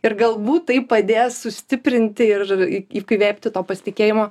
ir galbūt tai padės sustiprinti ir įkvėpti to pasitikėjimo